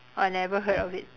I never heard of it